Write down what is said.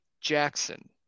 Jackson